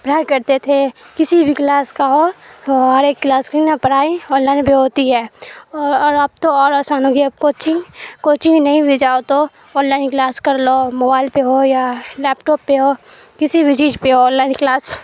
پڑھائی کرتے تھے کسی بھی کلاس کا ہو تو ہر ایک کلاس کے نہ پڑھائی آن لائن بھی ہوتی ہے اور اب تو اور آسان ہوگئی اب کوچنگ کوچنگ نہیں بھی جاؤ تو آن لائن کلاس کر لو موبائل پہ ہو یا لیپ ٹاپ پہ ہو کسی بھی چیز پہ ہو آن لائن کلاس